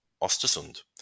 ostersund